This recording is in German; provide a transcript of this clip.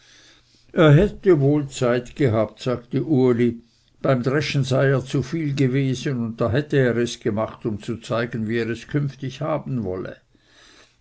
er hätte wohl zeit gehabt sagte uli beim dreschen sei er zu viel gewesen und da hätte er es gemacht um zu zeigen wie er es künftig haben wolle